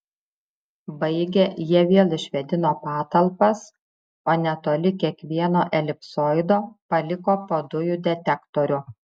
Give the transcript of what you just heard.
baigę jie vėl išvėdino patalpas o netoli kiekvieno elipsoido paliko po dujų detektorių